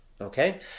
Okay